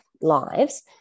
lives